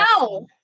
No